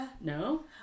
no